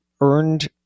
earned